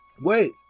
Wait